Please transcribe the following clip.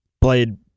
played